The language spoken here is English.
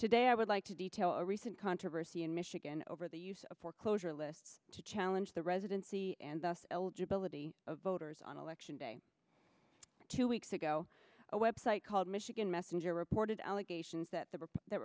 today i would like to detail a recent controversy in michigan over the use of foreclosure lists to challenge the residency and thus eligibility of voters on election day two weeks ago a website called michigan messenger reported